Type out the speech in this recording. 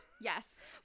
Yes